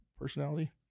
personality